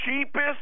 cheapest